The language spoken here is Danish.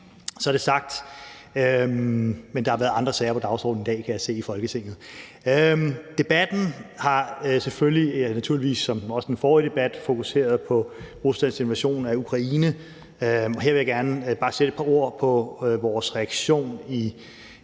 Så er det sagt. Men der har været andre sager på dagsordenen i dag i Folketinget, kan jeg se. Debatten har naturligvis som også den forrige debat været fokuseret på Ruslands invasion af Ukraine, og her vil jeg gerne bare sætte et par ord på vores reaktion i